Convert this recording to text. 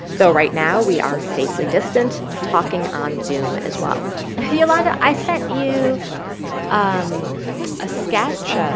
though right now we are safely distant, talking on zoom as well yolanda, i sent you um a sketch,